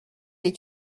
des